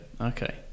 Okay